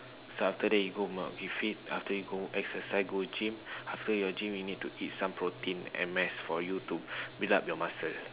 so after that you go for keep fit after go exercise go gym after your gym you need to eat some protein and mass for you to build up the muscle